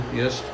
yes